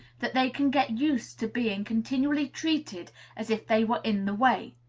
that they can get used to being continually treated as if they were in the way?